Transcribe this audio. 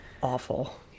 awful